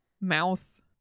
mouth